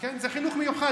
כן, זה חינוך מיוחד.